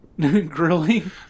Grilling